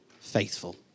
faithful